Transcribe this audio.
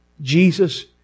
Jesus